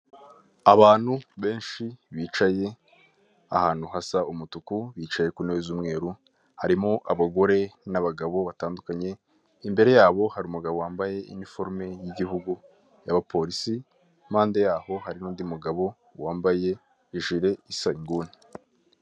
Abantu benshi bicaye ahantu hasa umutuku, bicaye ku ntebe z'umweru, harimo abagore n'abagabo batandukanye, imbere yabo hari umugabo wambaye uniforome y'igihugu y'abapolisi, impande yaho hari n'undi mugabo wambaye ijire isa girini.